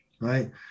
right